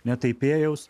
ne taipėjaus